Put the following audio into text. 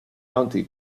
county